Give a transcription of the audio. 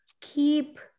keep